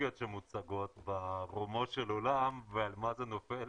הטכנולוגיות שמוצגות ברומו של עולם ועל מה זה נופל,